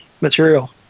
material